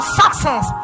success